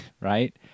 right